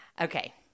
Okay